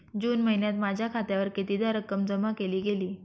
जून महिन्यात माझ्या खात्यावर कितीदा रक्कम जमा केली गेली?